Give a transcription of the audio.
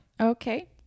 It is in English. Okay